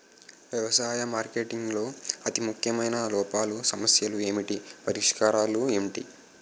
వ్యవసాయ మార్కెటింగ్ లో అతి ముఖ్యమైన లోపాలు సమస్యలు ఏమిటి పరిష్కారాలు ఏంటి?